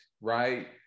right